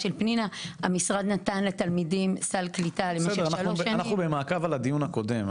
המשרד נתן לתלמידים --- בסדר אנחנו במעקב על הדיון הקודם,